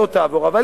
לא תעבור,